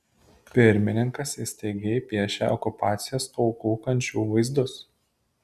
pirmininkas įtaigiai piešia okupacijos aukų kančių vaizdus